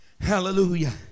hallelujah